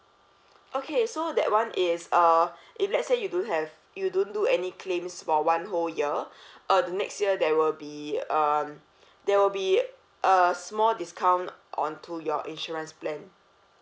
okay so that [one] is uh if let's say you don't have you don't do any claims for one whole year uh the next year there will be uh there will be a small discount onto your insurance plan